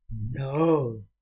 No